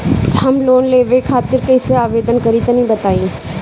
हम लोन लेवे खातिर कइसे आवेदन करी तनि बताईं?